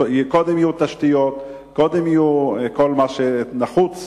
שקודם יהיו תשתיות וקודם יהיה כל מה שנחוץ